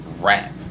rap